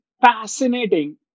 fascinating